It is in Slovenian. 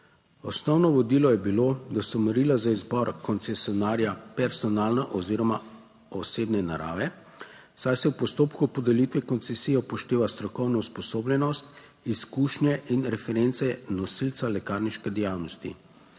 Osnovno vodilo je bilo, da so merila za izbor koncesionarja personalna oziroma osebne narave, saj se v postopku podelitve koncesije upošteva strokovno usposobljenost, izkušnje in reference nosilca lekarniške dejavnosti.